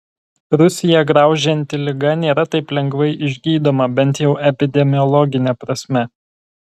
rusiją graužianti liga nėra taip lengvai išgydoma bent jau epidemiologine prasme